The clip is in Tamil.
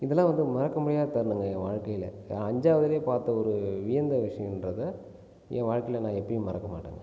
இதெல்லாம் வந்து மறக்கமுடியாத தருணங்கள் என் வாழ்க்கையில் அஞ்சாவதுலேயே பார்த்த ஒரு வியந்த விஷயம்ன்றதை என் வாழ்க்கையில் எப்போயும் நான் மறக்க மாட்டேன்